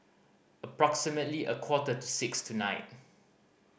approximately a quarter to six tonight